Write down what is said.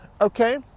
Okay